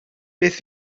beth